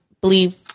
believe